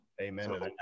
Amen